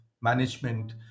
management